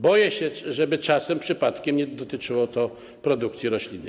Boję się, żeby czasem, przypadkiem nie dotyczyło to produkcji roślinnej.